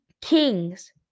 Kings